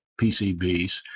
PCBs